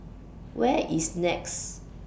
Where IS Nex